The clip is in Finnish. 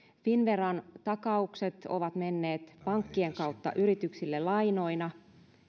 finnveran takaukset ovat menneet pankkien kautta yrityksille lainoina